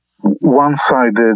one-sided